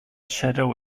shadow